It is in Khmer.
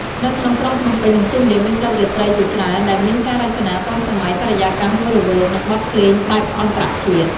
នៅក្នុងក្រុងភ្នំពេញ និងសៀមរាប មានក្លឹបរាត្រីជាច្រើនដែលមានការរចនាទាន់សម័យ បរិយាកាសរស់រវើក និងបទភ្លេងបែបអន្តរជាតិ។